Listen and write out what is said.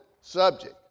subject